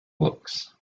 books